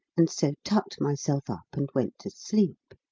and so tucked myself up, and went to sleep.